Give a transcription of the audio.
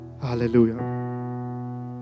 Hallelujah